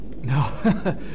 No